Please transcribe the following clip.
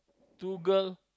two girl